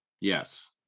Yes